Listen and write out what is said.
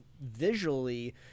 visually